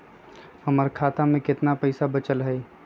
हमर खाता में केतना पैसा बचल हई?